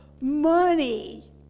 money